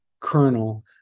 colonel